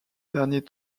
dernier